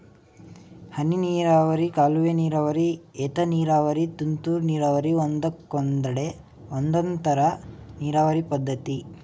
ಹನಿನೀರಾವರಿ ಕಾಲುವೆನೀರಾವರಿ ಏತನೀರಾವರಿ ತುಂತುರು ನೀರಾವರಿ ಒಂದೊಂದ್ಕಡೆ ಒಂದೊಂದ್ತರ ನೀರಾವರಿ ಪದ್ಧತಿ